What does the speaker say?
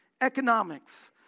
economics